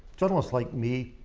journalists like me,